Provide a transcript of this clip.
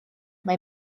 mae